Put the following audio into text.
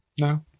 No